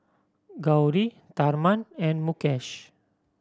Gauri Tharman and Mukesh